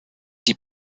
die